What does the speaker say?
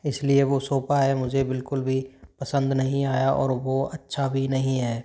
इसलिए वो सोफा है मुझे बिल्कुल भी पसंद नहीं आया और वो अच्छा भी नहीं है